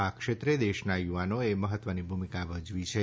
આ ક્ષેત્રે દેશના યુવાનોએ મહત્વની ભૂમિકા ભજવી છે